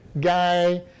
guy